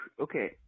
Okay